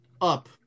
up